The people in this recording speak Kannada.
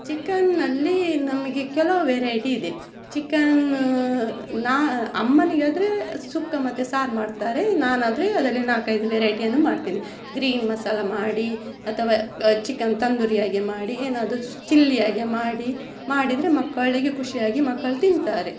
ಚಿಕನ್ನಲ್ಲಿ ನಮಗೆ ಕೆಲವು ವೆರೈಟಿ ಇದೆ ಚಿಕನ್ ನಾ ಅಮ್ಮನಿಗಾದರೆ ಸುಕ್ಕ ಮತ್ತೆ ಸಾರು ಮಾಡ್ತಾರೆ ನಾನಾದರೆ ಅದರಲ್ಲಿ ನಾಲ್ಕೈದು ವೆರೈಟಿಯನ್ನು ಮಾಡ್ತೇನೆ ಗ್ರೀನ್ ಮಸಾಲ ಮಾಡಿ ಅಥವಾ ಚಿಕನ್ ತಂದೂರಿ ಹಾಗೆ ಮಾಡಿ ಏನಾದರು ಚಿಲ್ಲಿ ಹಾಗೆ ಮಾಡಿ ಮಾಡಿದರೆ ಮಕ್ಕಳಿಗೆ ಖುಷಿಯಾಗಿ ಮಕ್ಕಳು ತಿಂತಾರೆ